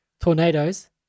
tornadoes